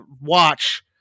watch